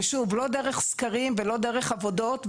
ושוב לא דרך סקרים ולא דרך עבודות,